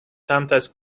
sometimes